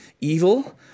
evil